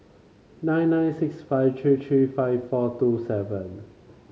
nine nine six five three three five four two seven